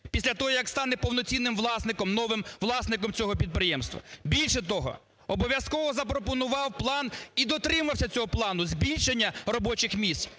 після того, як стане повноцінним власником, новим власником цього підприємства. Більше того, обов'язково запропонував план і дотримався цього плану збільшення робочих місць,